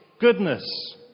goodness